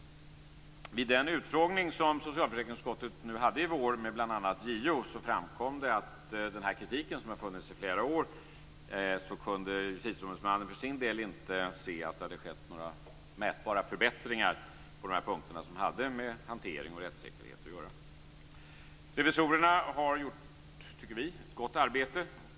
Vid den utfrågning som socialförsäkringsutskottet hade nu i vår med bl.a. JO framkom det att när det gäller den kritik som har funnits i flera år kunde Justitieombudsmannen för sin del inte se att det hade skett några mätbara förbättringar på de punkter som hade med hantering och rättssäkerhet att göra. Revisorerna har, tycker vi, gjort ett gott arbete.